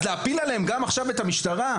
אז להפיל עליהם עכשיו גם את המשחקים?